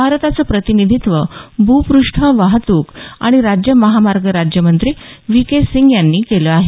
भारताचं प्रतिनिधीत्व भूपृष्ठ वाहतूक आणि राज्य महामार्ग राज्यमंत्री व्ही के सिंग यांनी केलं आहे